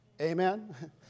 Amen